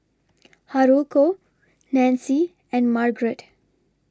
Haruko Nancy and Margrett